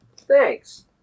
Thanks